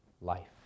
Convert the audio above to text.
life